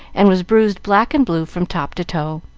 and was bruised black and blue from top to toe.